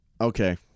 okay